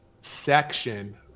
section